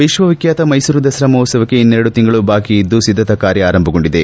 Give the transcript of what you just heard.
ವಿತ್ನ ವಿಖ್ಞಾತ ಮ್ಯೆಸೂರು ದಸರಾ ಮಹೋತ್ತವಕ್ಕೆ ಇನ್ನೆರಡು ತಿಂಗಳು ಬಾಕಿ ಇದ್ದು ಸಿದ್ದತಾ ಕಾರ್ಯ ಆರಂಭಗೊಂಡಿದೆ